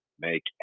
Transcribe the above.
make